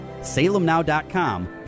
Salemnow.com